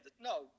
No